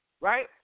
right